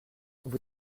vous